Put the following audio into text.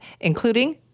including